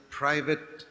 private